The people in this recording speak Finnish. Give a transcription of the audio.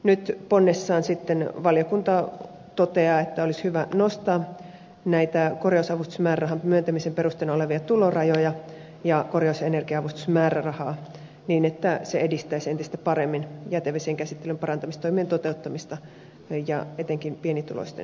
nyt ponnessaan valiokunta toteaa että olisi hyvä nostaa korjausavustusmäärärahan myöntämisen perusteena olevia tulorajoja ja korjaus ja energia avustusmäärärahaa niin että se edistäisi entistä paremmin jätevesien käsittelyn parantamistoimien toteuttamista etenkin pienituloisten kohdalla